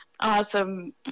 awesome